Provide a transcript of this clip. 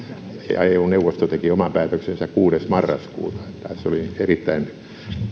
ja eu neuvosto teki oman päätöksensä kuudes marraskuuta tässä oli erittäin